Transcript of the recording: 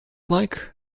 like